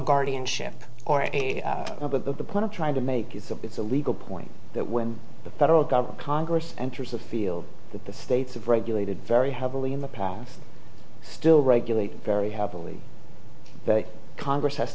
guardianship or a point of trying to make it so it's a legal point that when the federal government congress enters a field that the states have regulated very heavily in the power still regulate very happily the congress has